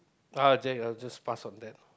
uh j~ I'll just pass on that